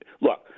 look